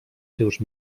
seus